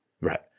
Right